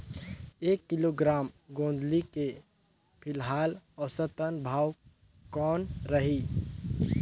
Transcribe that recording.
एक किलोग्राम गोंदली के फिलहाल औसतन भाव कौन रही?